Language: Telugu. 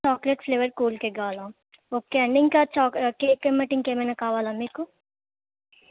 చాక్లెట్ ఫ్లేవర్ కూల్ కేక్ కావాలా ఓకే అండి ఇంకా చా కేక్ ఇంకేమైనా కావాలా మీకు